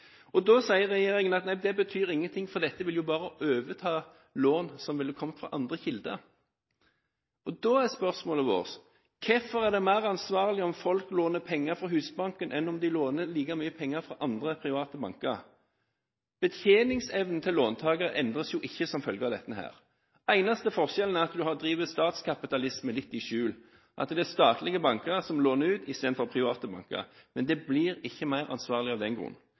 handlingsregelen. Da sier regjeringen at nei, dette betyr ingenting, for dette vil bare overta lån som ville ha kommet fra andre kilder. Da er spørsmålet vårt: Hvorfor er det mer ansvarlig om folk låner penger fra Husbanken, enn om de låner like mye penger fra andre, private banker? Betjeningsevnen til låntakerne endres ikke som følge av dette. Den eneste forskjellen er at man har drevet statskapitalisme litt i skjul, at det er statlige banker som låner ut istedenfor private, men det blir ikke mer ansvarlig av den grunn.